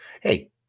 Hey